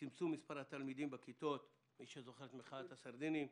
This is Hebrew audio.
צמצום מספר התלמידים בכיתות - מי שזוכר את מחאת הסרדינים,